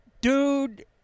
dude